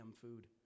food